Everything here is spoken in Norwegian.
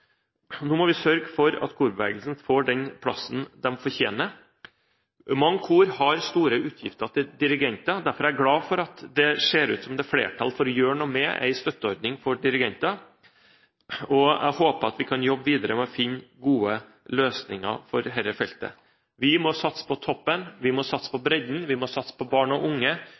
Nå må vi sørge for at korbevegelsen får den plassen den fortjener. Mange kor har store utgifter til dirigenter. Derfor er jeg glad for at det ser ut som det er flertall for å gjøre noe med en støtteordning for dirigenter. Jeg håper at vi kan jobbe videre med å finne gode løsninger for dette feltet. Vi må satse på toppen, vi må satse på bredden, vi må satse på barn og unge,